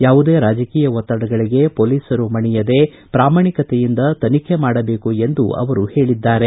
ಯಾವುದೇ ರಾಜಕೀಯ ಒತ್ತಡಗಳಿಗೆ ಹೊಲೀಸರು ಮಣಿಯದೆ ಪ್ರಾಮಾಣಿಕತೆಯಿಂದ ತನಿಖೆ ಮಾಡಬೇಕು ಎಂದು ಹೇಳಿದ್ದಾರೆ